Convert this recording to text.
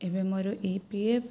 ଏବେ ମୋର E P F